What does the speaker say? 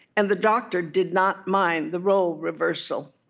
and the doctor did not mind the role reversal